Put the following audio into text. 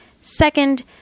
Second